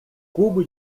cubo